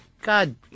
God